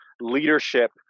leadership